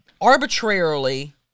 arbitrarily